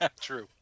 true